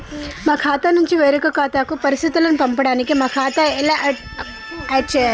మా ఖాతా నుంచి వేరొక ఖాతాకు పరిస్థితులను పంపడానికి మా ఖాతా ఎలా ఆడ్ చేయాలి?